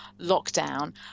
lockdown